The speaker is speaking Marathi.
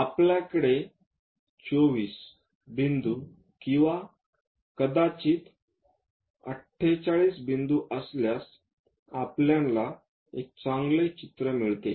आपल्याकडे 24 बिंदू किंवा कदाचित 48 बिंदू असल्यास आपल्याला एक चांगले चित्र मिळते